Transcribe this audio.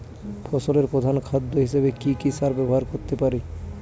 ফসলের প্রধান খাদ্য হিসেবে কি কি সার ব্যবহার করতে পারি?